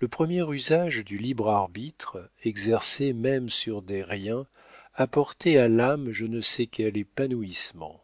le premier usage du libre arbitre exercé même sur des riens apportait à l'âme je ne sais quel épanouissement